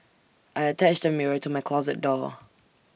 I attached A mirror to my closet door